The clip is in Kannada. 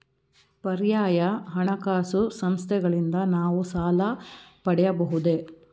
ಪರ್ಯಾಯ ಹಣಕಾಸು ಸಂಸ್ಥೆಗಳಿಂದ ನಾವು ಸಾಲ ಪಡೆಯಬಹುದೇ?